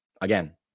again